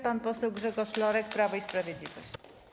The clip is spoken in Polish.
Pan poseł Grzegorz Lorek, Prawo i Sprawiedliwość.